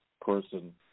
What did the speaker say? person